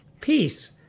peace